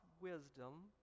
wisdom